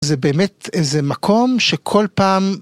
זה באמת איזה מקום שכל פעם.